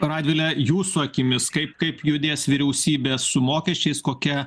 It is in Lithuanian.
radvile jūsų akimis kaip kaip judės vyriausybė su mokesčiais kokia